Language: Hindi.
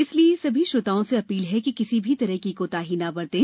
इसलिए सभी श्रोताओं से अपील है कि किसी भी तरह की कोताही न बरतें